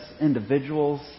individuals